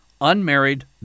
unmarried